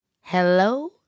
Hello